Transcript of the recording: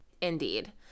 Indeed